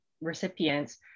recipients